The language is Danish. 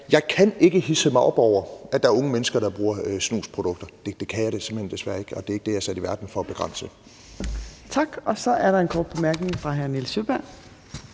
jeg ikke hidse mig op over, at der er unge mennesker, der bruger snusprodukter. Det kan jeg simpelt hen desværre ikke, og det er ikke det, jeg er sat i verden for at begrænse. Kl. 16:02 Fjerde næstformand (Trine